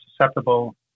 susceptible